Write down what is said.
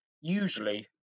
usually